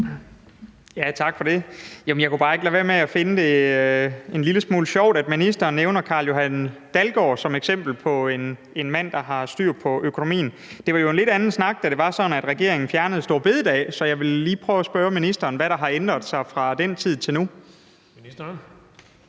Tak for det. Jamen jeg kunne bare ikke lade være med at finde det en lille smule sjovt, at ministeren nævner Carl-Johan Dalgaard som eksempel på en mand, der har styr på økonomien. Det var jo en lidt anden snak, da det var sådan, at regeringen fjernede store bededag, så jeg vil lige prøve at spørge ministeren, hvad der har ændret sig fra den tid til nu. Kl.